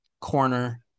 corner